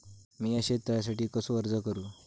मीया शेत तळ्यासाठी कसो अर्ज करू?